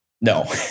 no